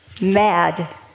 mad